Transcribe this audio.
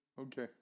okay